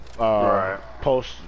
post